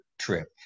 trip